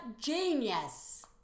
genius